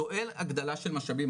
דואל הגדלה של משאבים,